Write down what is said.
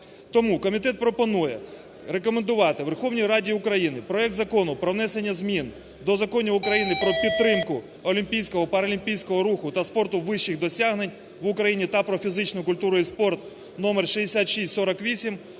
Тому комітет пропонує рекомендувати Верховній Раді України проект Закону про внесення змін до законів України "Про підтримку олімпійського, паралімпійського руху та спорту вищих досягнень в Україні" та "Про фізичну культуру і спорт" (№ 6648),